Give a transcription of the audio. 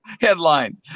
headline